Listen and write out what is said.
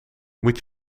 moet